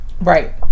right